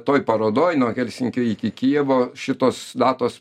toj parodoj nuo helsinkio iki kijevo šitos datos